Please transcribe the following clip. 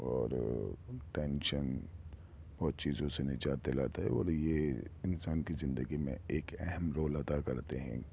اور ٹینشن بہت چیزوں سے نجات دلاتا ہے اور یہ انسان کی زندگی میں ایک اہم رول ادا کرتے ہیں